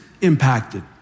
impacted